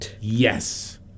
Yes